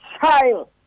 child